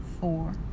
four